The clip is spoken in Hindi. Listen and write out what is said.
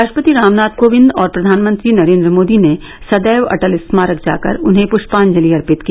राष्ट्रपति रामनाथ कोविन्द और प्रधानमंत्री नरेन्द्र मोदी ने सदैव अटल स्मारक जाकर उन्हें पुष्पांजलि अर्पित की